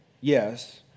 yes